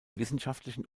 wissenschaftlichen